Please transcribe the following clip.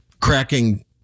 cracking